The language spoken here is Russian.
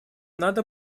надо